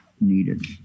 needed